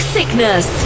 Sickness